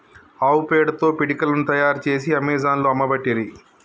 ఆవు పేడతో పిడికలను తాయారు చేసి అమెజాన్లో అమ్మబట్టిరి